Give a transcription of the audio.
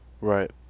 Right